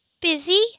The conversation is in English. Busy